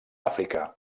àfrica